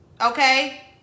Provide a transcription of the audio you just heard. okay